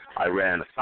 Iran